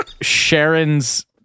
Sharon's